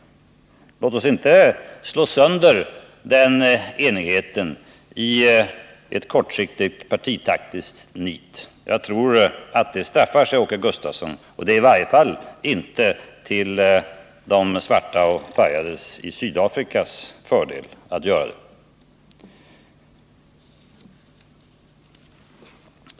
Låt oss inte slå sönder den enigheten i ett Om åtgärder för kortsiktigt partitaktiskt nit! Jag tror att det straffar sig, Åke Gustavsson, och — att stoppa SAS det är i varje fall inte till fördel för de svarta och färgade i Sydafrika att göra — flygningar på Syddet.